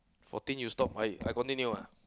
fourteen you stop I continue ah